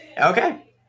Okay